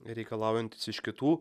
reikalaujantis iš kitų